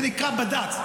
זה נקרא בד"ץ.